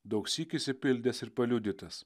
daugsyk išsipildęs ir paliudytas